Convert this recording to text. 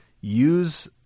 use